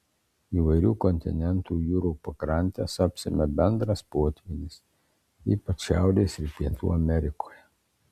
įvairių kontinentų jūrų pakrantes apsemia bendras potvynis ypač šiaurės ir pietų amerikoje